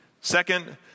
Second